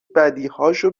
بدیهاشو